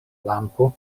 lampo